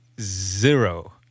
zero